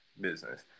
business